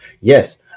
Yes